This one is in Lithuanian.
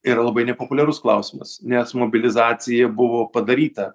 ir labai nepopuliarus klausimas nes mobilizacija buvo padaryta